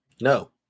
No